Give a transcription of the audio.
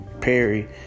Perry